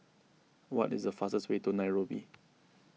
what is the fastest way to Nairobi